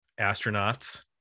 astronauts